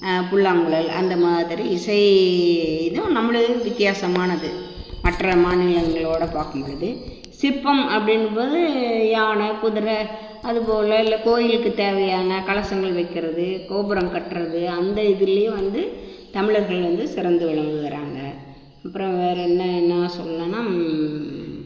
புல்லாங்குழல் அந்த மாதிரி இசை இன்னு நம்மளுது வித்தியாசமானது மற்ற மாநிலங்களோடு பார்க்கும்பொழுது சிற்பம் அப்படிங்கும் போது யானை குதிர அதுபோல் இல்லை கோவிலுக்கு தேவையான கலசங்கள் வைக்கிறது கோபுரம் கற்றது அந்த இதுலேயே வந்து தமிழர்கள் வந்து சிறந்து விளங்குகிறாங்க அப்புறம் வேற என்ன என்ன சொல்லனுன்னா